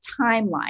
timeline